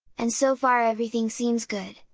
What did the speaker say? and so far everything seems good,